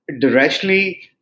directly